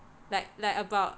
like like about